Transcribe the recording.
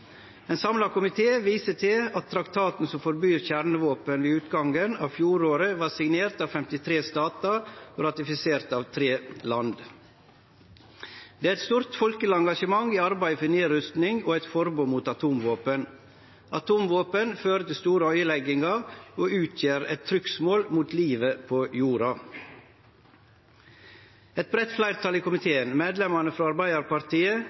Ein samla komité viser til at traktaten som forbyr kjernevåpen, ved utgangen av fjoråret var signert av 53 statar og ratifisert av 3 land. Det er eit stort folkeleg engasjement i arbeidet for nedrusting og eit forbod mot atomvåpen. Atomvåpen fører til store øydeleggingar og utgjer eit trugsmål mot livet på jorda. Eit breitt fleirtal i komiteen, medlemane frå Arbeidarpartiet,